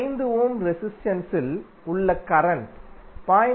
5 ohm resistance இல் உள்ள current 0